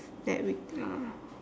that we uh